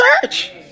church